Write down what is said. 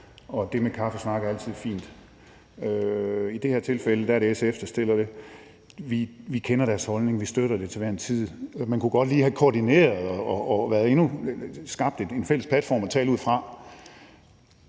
og det med en kaffesnak er altid fint. I det her tilfælde er det SF, der har fremsat forslaget. Vi kender deres holdning, og vi støtter det til hver en tid. Man kunne godt lige have koordineret det og skabt en fælles platform at tale ud fra.